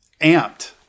amped